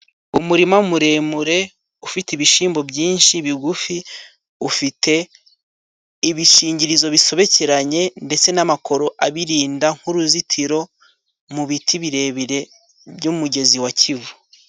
Umurima muremure ufite ibishimbo byinshi bigufi. Ufite ibishingirizo bisobekeranye, ndetse n'amakoro abirinda nk'uruzitiro, mu biti birebire by'umugezi wa kivu.